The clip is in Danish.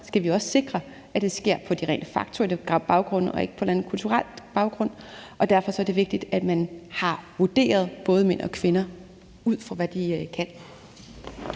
skal vi også sikre, at det sker på de rent faktuelle baggrunde og ikke på en eller anden kulturel baggrund. Derfor er det vigtigt, at man har vurderet både mænd og kvinder, ud fra hvad de kan.